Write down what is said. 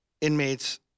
inmates